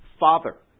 father